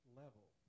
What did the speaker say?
level